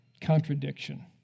contradiction